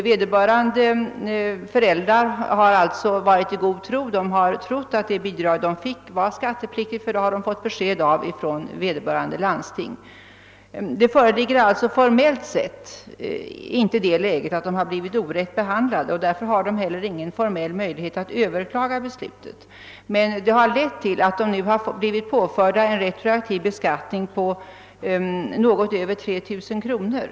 Vederbörande föräldrar har alltså varit i god tro och utgått ifrån att det bidrag de fick var skattefritt, eftersom de fått besked härom av vederbörande landsting. Formellt föreligger alltså inte det läget att de blivit orätt behandlade, och därför har de inte heller någon formell möjlighet att överklaga beslutet. Detta har emellertid lett till att de nu blivit påförda en retroaktiv skatt på något över 3 000 kronor.